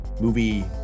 movie